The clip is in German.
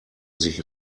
sich